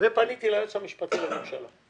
וגם פניתי ליועץ המשפטי לממשלה.